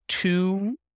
Two